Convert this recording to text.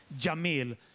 Jamil